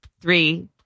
three